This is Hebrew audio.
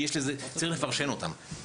כי צריך לפרשן אותם.